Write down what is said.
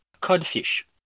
codfish